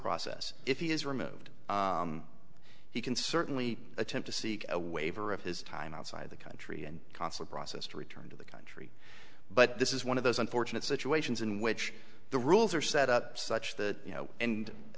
process if he is removed he can certainly attempt to seek a waiver of his time outside of the country and consul process to return to the country but this is one of those unfortunate situations in which the rules are set up such that you know and